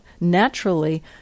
naturally